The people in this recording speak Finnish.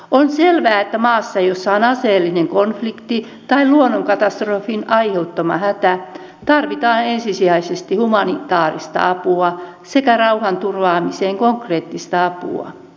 on selvää että maassa jossa on aseellinen konflikti tai luonnonkatastrofin aiheuttama hätä tarvitaan ensisijaisesti humanitaarista apua sekä rauhanturvaamiseen konkreettista apua